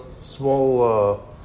small